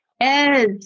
Yes